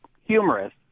humorous